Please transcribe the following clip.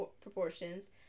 proportions